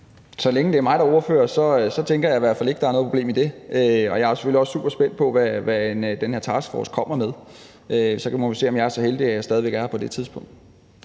Så længe det er mig, der er ordfører, tænker jeg i hvert fald ikke, at der er noget problem i det. Og jeg er selvfølgelig også super spændt på, hvad den her taskforce kommer med. Så vi må se, om jeg er så heldig, at jeg stadig væk er her på det tidspunkt.